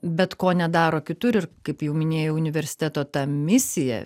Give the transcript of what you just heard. bet ko nedaro kitur ir kaip jau minėjau universiteto ta misija